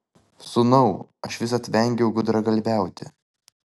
sūnau aš visad vengiau gudragalviauti